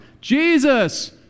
Jesus